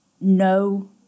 no